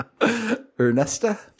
Ernesta